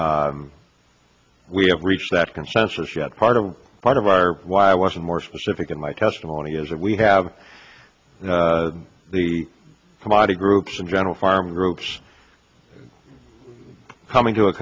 have reached that consensus yet part of part of our why wasn't more specific in my testimony is that we have the body groups in general farm groups coming to a